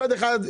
מצד אחד,